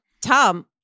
Tom